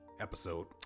episode